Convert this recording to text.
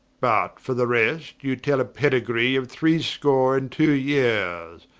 but for the rest you tell a pedigree of threescore and two yeeres,